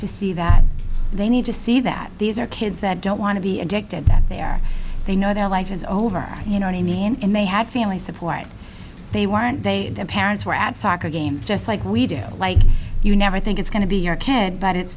to see that they need to see that these are kids that don't want to be addicted that they're they know their life is over you know to me and they had family support they weren't they parents were at soccer games just like we do like you never think it's going to be your kid but it's